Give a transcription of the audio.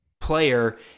player